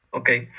okay